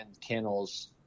kennels